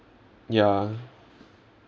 ya